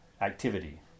activity